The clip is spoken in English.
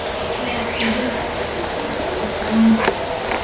you can't present that at the appeal. you're bound by,